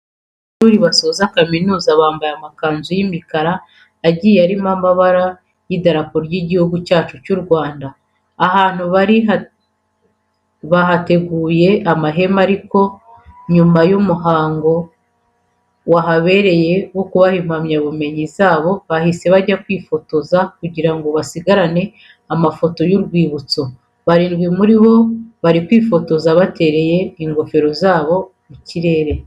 Abanyeshuri basoje kaminuza bambaye amakanzu y'imikara agiye arimo amabara y'idarapo ry'Igihugu cyacu cy'u Rwanda. Ahantu bari bahateguye amahema ariko nyuma y'umuhango wahabereye wo kubaha impamyabumenyi zabo bahise bajya kwifotoza kugira ngo basigarane amafoto y'urwibutso. Barindwi muri bo bari kwifotoza batereye ingofero zabo mu kirere.